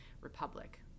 republic